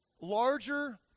larger